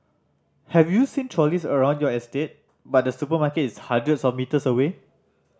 have you seen trolleys around your estate but the supermarket is hundreds of metres away